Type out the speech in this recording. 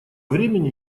времени